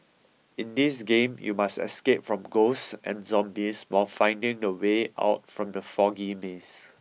in this game you must escape from ghosts and zombies while finding the way out from the foggy maze